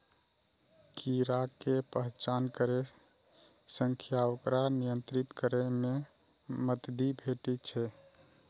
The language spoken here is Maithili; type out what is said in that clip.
कीड़ा के पहचान करै सं ओकरा नियंत्रित करै मे मदति भेटै छै